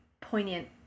poignant